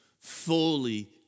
fully